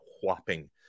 whopping